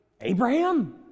Abraham